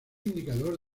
indicador